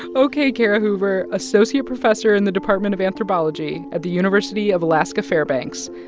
ok, kara hoover, associate professor in the department of anthropology at the university of alaska fairbanks,